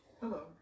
Hello